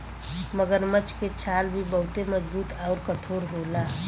मगरमच्छ के छाल भी बहुते मजबूत आउर कठोर होला